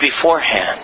beforehand